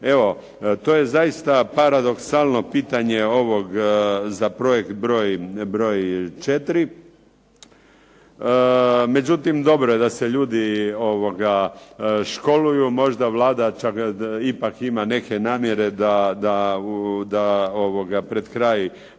Evo, to je zaista paradoksalno pitanje ovog za projekt broj 4. Međutim, dobro je da se ljudi školuju. Možda Vlada čak ipak ima neke namjere da pred kraj